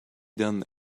done